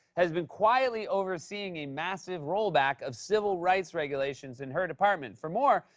has been quietly overseeing a massive rollback of civil rights regulations in her department. for more,